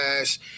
ass